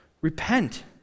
Repent